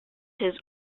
his